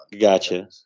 Gotcha